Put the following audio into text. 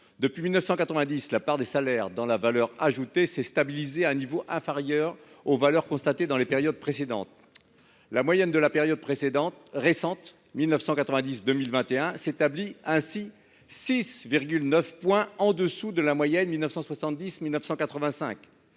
Depuis 1990, la part des salaires dans la valeur ajoutée s’est stabilisée à un niveau inférieur aux valeurs constatées durant les périodes précédentes. La moyenne de la période 1990 2021 s’établit ainsi à 6,9 points en dessous de la moyenne constatée